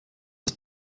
das